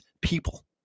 people